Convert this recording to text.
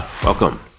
Welcome